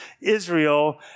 Israel